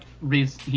reads